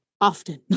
often